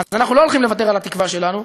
אז אנחנו לא הולכים לוותר על התקווה שלנו.